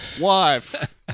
wife